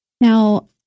Now